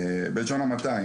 בלשון המעטה,